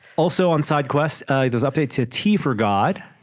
also on side quests there's update to tea for god